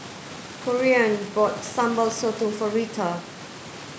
Corean bought Sambal Sotong for Rheta